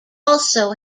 also